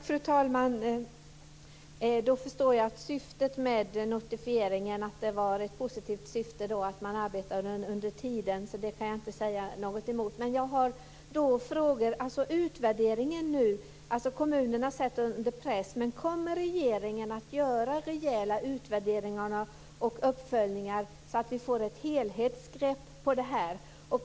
Fru talman! Då förstår jag att syftet med notifieringen var positivt i och med att man arbetade under tiden, så det kan jag inte säga något emot. Jag har då ytterligare frågor, t.ex. om utvärderingen. Kommunerna sätts under press, men kommer regeringen att göra rejäla utvärderingar och uppföljningar så att vi får ett helhetsgrepp om det här?